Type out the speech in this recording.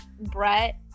Brett